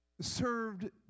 served